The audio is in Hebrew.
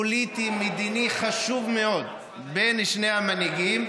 פוליטי-מדיני חשוב מאוד בין שני המנהיגים,